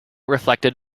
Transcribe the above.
reflected